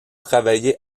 travaillé